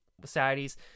societies